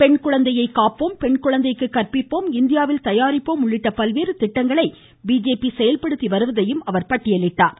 பெண்குழந்தைகளை காப்போம் பெண்குழந்தைக்கு கற்பிப்போம் இந்தியாவில் தயாரிப்போம் உள்ளிட்ட பல்வேறு திட்டங்களை பிஜேபி செயல்படுத்தி வருவதையும் அவர் பட்டியலிட்டார்